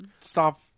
stop